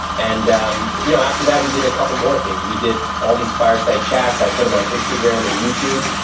and um you know after that we did a couple more things. we did all these fireside chats. i put them on instagram and youtube.